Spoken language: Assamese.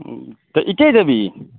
ওঁ ইতে এতিয়াই যাবি